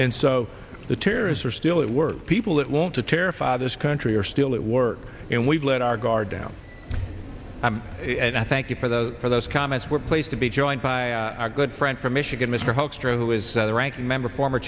and so the terrorists were still at work people that want to terrify this country are still at work and we've let our guard down and i thank you for the for those comments were placed to be joined by our good friend from michigan mr hoekstra who is the ranking member former